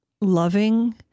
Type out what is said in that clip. loving